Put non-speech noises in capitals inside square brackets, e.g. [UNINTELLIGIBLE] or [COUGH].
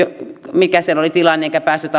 mikä siellä oli tilanne enkä päässyt [UNINTELLIGIBLE]